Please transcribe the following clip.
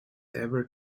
ever